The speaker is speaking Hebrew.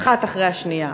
אחת אחרי השנייה,